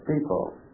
people